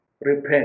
repent